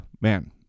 man